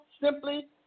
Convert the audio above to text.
simply